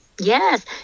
Yes